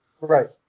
Right